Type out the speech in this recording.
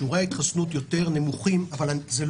שיעורי ההתחסנות הם יותר נמוכים אבל לא